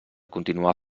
continuar